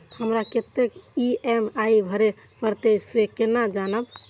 हमरा कतेक ई.एम.आई भरें परतें से केना जानब?